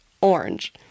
orange